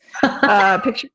picture